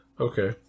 Okay